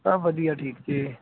ਵਾ ਵਧੀਆ ਠੀਕ ਜੀ